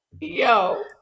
Yo